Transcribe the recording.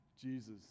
Jesus